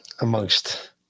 amongst